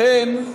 לכן,